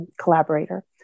collaborator